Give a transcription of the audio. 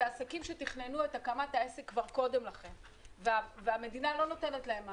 אלה עסקים שתכננו את הקמת העסק כבר קודם לכן והמדינה לא נותנת להם מענה,